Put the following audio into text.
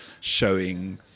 showing